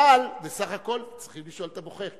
אבל בסך הכול צריך לשאול את הבוחר,